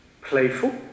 Playful